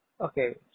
okay